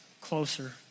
closer